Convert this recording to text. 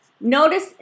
notice